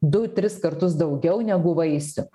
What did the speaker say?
du tris kartus daugiau negu vaisių